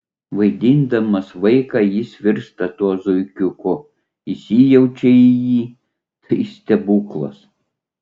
vaidindamas vaiką jis virsta tuo zuikiuku įsijaučia į jį tai stebuklas